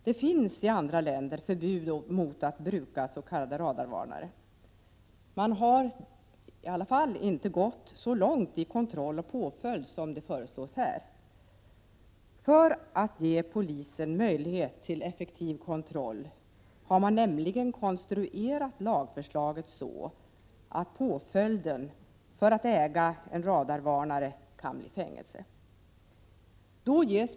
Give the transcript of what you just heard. Det finns i andra länder förbud mot att bruka s.k. radarvarnare, men där har man i alla fall inte gått så långt i kontroll och påföljd som här föreslås. För — Prot. 1987/88:45 att ge polisen möjlighet till effektiv kontroll har förslaget nämligen konstru 15 december 1987 erats så att påföljden för att äga en radarvarnare kan bli fängelse. Dågess.